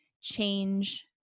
change